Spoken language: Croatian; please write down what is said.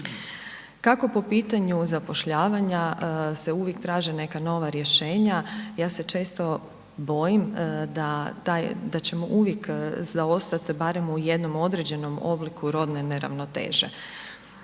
Kako po pitanju zapošljavanja se uvijek traže neka nova rješenja, ja se često bojim da ćemo uvijek zaostati barem u jednom određenom obliku rodne neravnoteže.